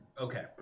Okay